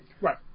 Right